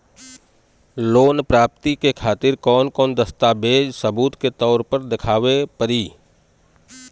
Loan प्राप्ति के खातिर कौन कौन दस्तावेज सबूत के तौर पर देखावे परी?